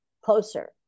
closer